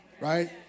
right